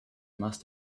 must